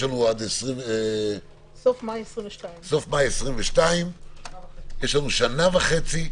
יש לנו עד סוף מאי 22'. יש לנו שנה וחצי.